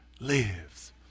lives